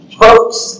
folks